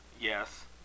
Yes